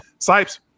Sipes